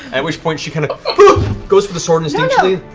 at which point she kind of goes for the sword instinctually.